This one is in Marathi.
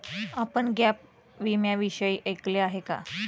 आपण गॅप विम्याविषयी ऐकले आहे का?